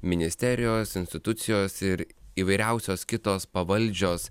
ministerijos institucijos ir įvairiausios kitos pavaldžios